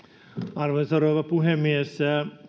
arvoisa rouva puhemies